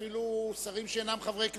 אפילו שרים שאינם חברי הכנסת,